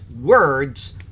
words